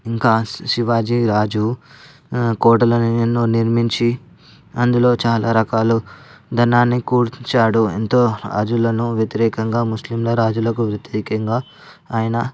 ఇంకా శివాజీ రాజు కోటలను ఎన్నో నిర్మించి అందులో చాలా రకాలు ధనాన్ని కూల్చాడు ఎంతో రాజులని వ్యతిరేకంగా ముస్లింల రాజులకు వ్యతిరేకంగా ఆయన